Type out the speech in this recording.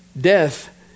Death